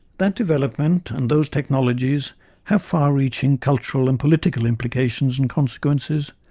that development and those technologies have far-reaching cultural and political implications and consequences,